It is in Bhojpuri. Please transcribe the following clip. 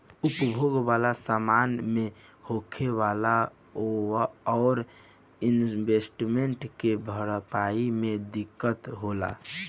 उपभोग वाला समान मे होखे वाला ओवर इन्वेस्टमेंट के भरपाई मे दिक्कत होला